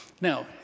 Now